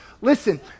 Listen